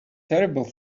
terrible